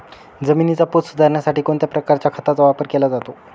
जमिनीचा पोत सुधारण्यासाठी कोणत्या प्रकारच्या खताचा वापर केला जातो?